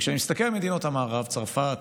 כשאני מסתכל על מדינות המערב צרפת,